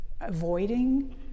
avoiding